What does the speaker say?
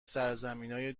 سرزمینای